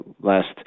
last